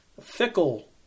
fickle